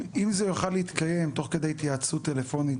אם זה יוכל להתקיים תוך כדי התייעצות טלפונית